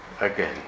again